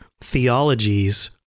theologies